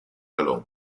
alone